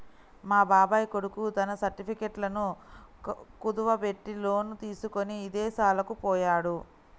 మా బాబాయ్ కొడుకు తన సర్టిఫికెట్లను కుదువబెట్టి లోను తీసుకొని ఇదేశాలకు పొయ్యాడు